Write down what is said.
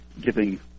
giving